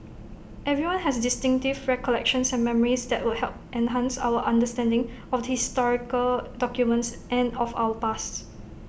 everyone has distinctive recollections and memories that would help enhance our understanding of the historical documents and of our past